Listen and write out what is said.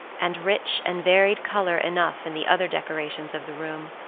and rich and varied color enough in the other decorations of the room,